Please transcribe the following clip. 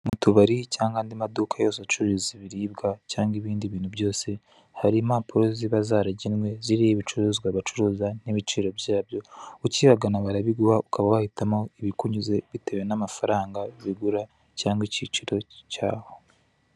Mu tubari cyangwa andi maduka yose acuruza ibirirwa cyangwa ibindi bintu byose hari impapuro ziba zaragenwe ziriho ibicuruzwa bacuruza n'ibiciro byabyo, ukihagana barabiguha ukaba wahitamo ibikunyuze bitewe n'amafaranga bigura cyangwa ikiciro cyaho.